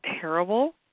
terrible